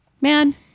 man